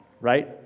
Right